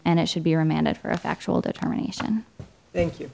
and it should be remanded for a factual determination thank you